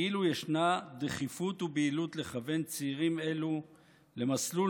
כאילו ישנה דחיפות ובהילות לכוון צעירים אלו למסלול